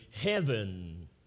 heaven